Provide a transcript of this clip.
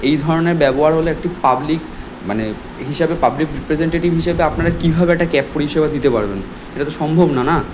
এই ধরনের ব্যবহার হলে একটি পাবলিক মানে হিসাবে পাবলিক রিপ্রেজেন্টেটিভ হিসেবে আপনারা কীভাবে একটা ক্যাব পরিষেবা দিতে পারবেন এটা তো সম্ভব না না